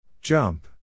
Jump